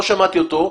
לא שמעתי אותו,